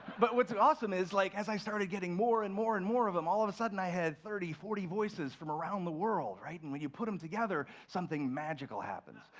but what's awesome is, like as i started getting more and more and more of them, all of a sudden i had thirty, forty voices from around the world. and when you put them together, something magical happens,